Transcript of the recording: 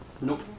Nope